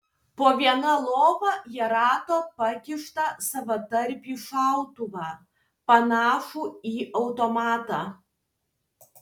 po viena lova jie rado pakištą savadarbį šautuvą panašų į automatą